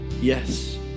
Yes